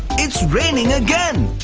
it's raining again.